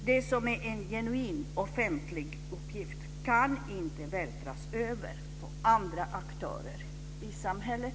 Det som är en genuin offentlig uppgift kan inte vältras över på andra aktörer i samhället.